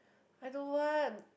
I don't want